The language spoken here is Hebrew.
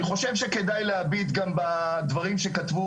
אני חושב שכדאי להביט גם בדברים שכתבו